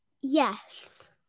Yes